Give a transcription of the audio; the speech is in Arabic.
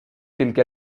تلك